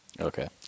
okay